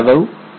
Yadav A